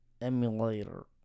Emulator